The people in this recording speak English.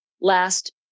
last